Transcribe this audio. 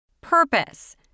Purpose